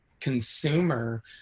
consumer